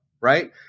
right